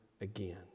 again